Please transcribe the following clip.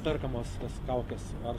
perkamas tas kaukes ar